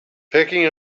picking